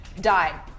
died